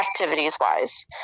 activities-wise